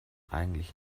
eigentlich